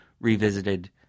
revisited